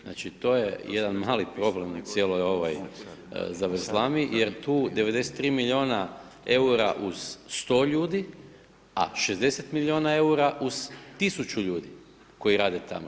Znači to je jedan mali problem u cijeloj ovoj zavrzlami jer tu 93 milijuna eura uz 100 ljudi a 60 milijuna eura uz tisuću ljudi koji rade tamo.